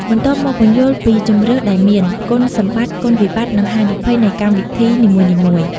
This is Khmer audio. បន្ទាប់មក ពន្យល់ពីជម្រើសដែលមាន គុណសម្បត្តិ គុណវិបត្តិ និងហានិភ័យនៃកម្មវិធីនីមួយៗ។